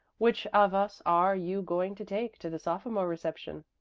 which of us are you going to take to the sophomore reception?